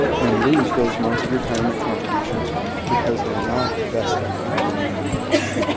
and lose those months of retirement contributions because they're not vested in the union plan.